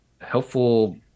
helpful